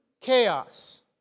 chaos